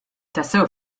tassew